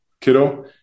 kiddo